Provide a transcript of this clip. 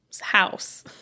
house